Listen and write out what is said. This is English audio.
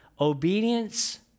obedience